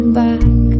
back